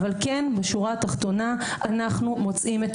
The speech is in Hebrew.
אבל כן בשורה התחתונה אנחנו מוצאים את